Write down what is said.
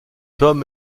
tom